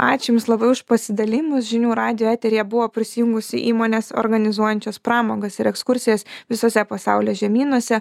ačiū jums labai už pasidalijimus žinių radijo eteryje buvo prisijungusi įmonės organizuojančios pramogas ir ekskursijas visuose pasaulio žemynuose